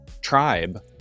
tribe